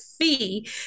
fee